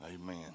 Amen